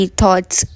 thoughts